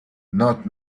not